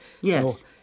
yes